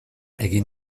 egin